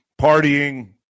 partying